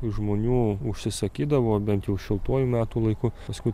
žmonių užsisakydavo bent jau šiltuoju metų laiku paskui